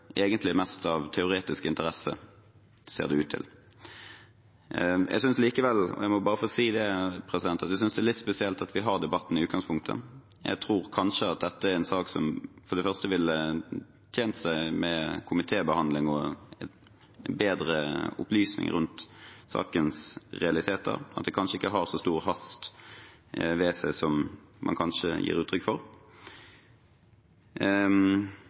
egentlig mest av teoretisk interesse, ser det ut til. Jeg må likevel få si at jeg synes det er litt spesielt at vi har denne debatten i utgangspunktet. Jeg tror kanskje dette er en sak som for det første ville vært tjent med komitébehandling og bedre opplysning rundt sakens realiteter, og at den kanskje ikke har så stor hast ved seg som man gir uttrykk for.